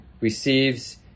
receives